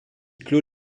clôt